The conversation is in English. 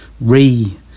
re-